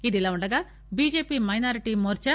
ఇదిలా ఉండగా BJP minority Morcha